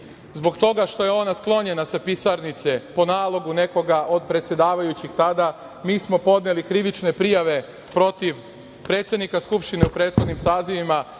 Zbog toga što je ona sklonjena sa pisarnice po nalogu nekoga od predsedavajućih tada, mi smo podneli krivične prijave protiv predsednika Skupštine u prethodnim sazivima